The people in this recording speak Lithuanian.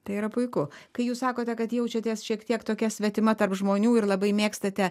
tai yra puiku kai jūs sakote kad jaučiatės šiek tiek tokia svetima tarp žmonių ir labai mėgstate